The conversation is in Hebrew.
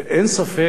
אין ספק,